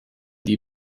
die